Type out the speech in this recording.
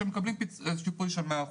שמקבלים שיפוי של מאה אחוז.